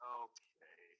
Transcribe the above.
okay